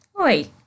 Oi